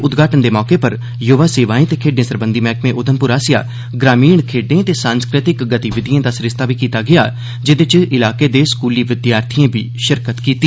उदघाटन दे मौके पर युवा सेवाएं ते खेड़डें सरबंधी मैहकमा उधमपुर आसेया ग्रामीण खेड़डें ते सांस्कृतिक गतिविधियें दा सरिस्ता बी कीता गेया जेदे च इलाके दे स्कूली विद्यार्थियें बी शिरकत कीती